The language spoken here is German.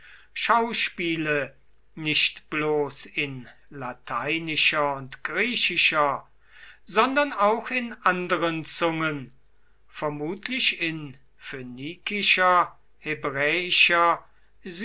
schauspiele nicht bloß in lateinischer und griechischer sondern auch in anderen zungen vermutlich in phönikischer hebräischer